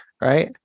Right